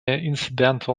incidental